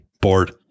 bored